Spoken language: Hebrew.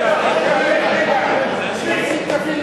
לא תיאום, עם